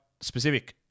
specific